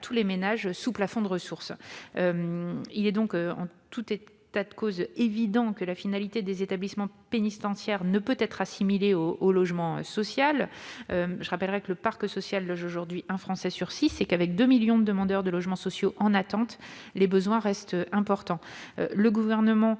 tous les ménages sous plafond de ressources. Il est donc en tout état de cause évident que la finalité des établissements pénitentiaires ne saurait être assimilée à celle du logement social. Je rappelle que le parc social loge aujourd'hui un Français sur six et que, deux millions de demandeurs de logements sociaux étant en attente, les besoins restent importants. Le Gouvernement a